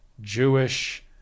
Jewish